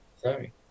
Sorry